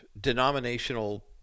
denominational